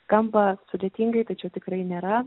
skamba sudėtingai tačiau tikrai nėra